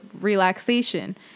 relaxation